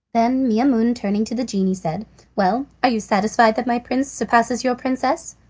then maimoune turning to the genie said well, are you satisfied that my prince surpasses your princess?